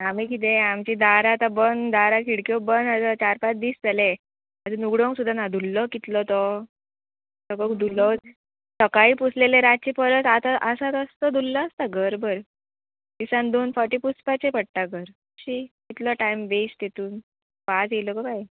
आमी किदें आमची दारां आतां बंद दारां खिडक्यो बंद आतां चार पांच दीस जाले आजून उगडूंग सुद्दां ना धुल्लो कितलो तो सगळो धुल्लो सकाळी पुसलेले रातची परत आतां आसात तसो तो धुल्लो आसता घरभर दिसान दोन फावटी पुसपाचे पडटा घर शी कितलो टायम वेस्ट तितून वाज येयलो गो बाय